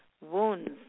wounds